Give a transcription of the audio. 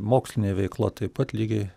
mokslinė veikla taip pat lygiai